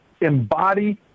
Embody